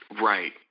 Right